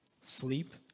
sleep